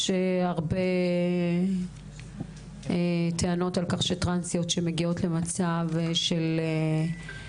יש הרבה טענות על טרנסיות שמגיעות למצב של חוסר קורת גג,